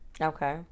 Okay